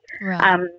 Right